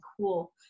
cool